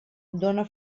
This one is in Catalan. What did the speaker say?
dóna